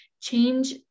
change